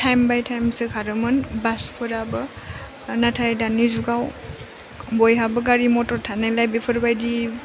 time by टाइमसो खारोमोन बासफोराबो नाथाय दानि जुगाव बयहाबो गारि मटर थानायलाय बेफोरबायदि